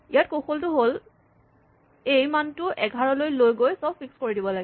ইয়াত কৌশলটো হ'ল এই মানটো ১১ লৈ লৈ গৈ চব ফিক্স কৰি দিব লাগে